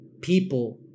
people